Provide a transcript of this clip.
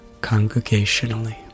congregationally